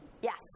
Yes